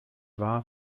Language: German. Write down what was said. wahr